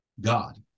God